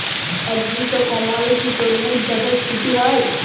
আদ্রর্তা কমলে কি তরমুজ চাষে ক্ষতি হয়?